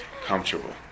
comfortable